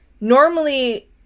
Normally